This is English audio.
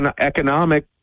economic